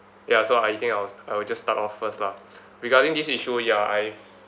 ya so I think I will I will just start off first lah regarding this issue ya I've